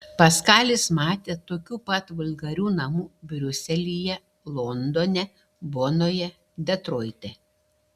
paskalis matė tokių pat vulgarių namų briuselyje londone bonoje detroite